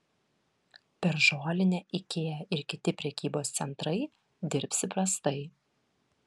per žolinę ikea ir kiti prekybos centrai dirbs įprastai